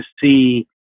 see